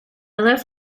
left